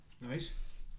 Nice